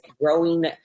growing